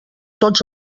tots